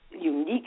unique